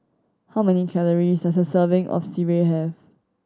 how many calories does a serving of sireh have